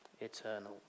eternal